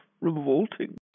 revolting